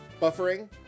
Buffering